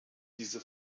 diese